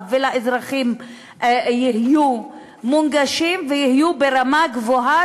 ולאזרחים יהיו מונגשים ויהיו ברמה גבוהה,